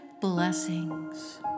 blessings